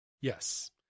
Yes